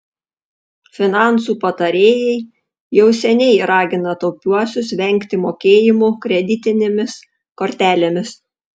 finansų patarėjai jau seniai ragina taupiuosius vengti mokėjimų kreditinėmis kortelėmis